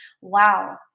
Wow